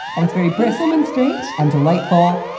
and it's very brisman straight and delightful.